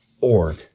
org